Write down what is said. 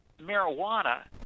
marijuana